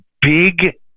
big